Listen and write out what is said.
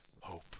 hope